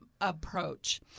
approach